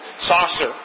saucer